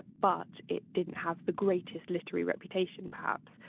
but it didn't have the greatest literary reputation perhaps,